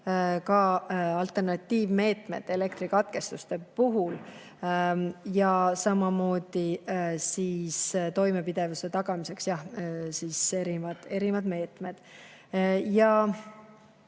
ka alternatiivmeetmed elektrikatkestuste puhuks, samamoodi toimepidevuse tagamiseks erinevad meetmed. Kõike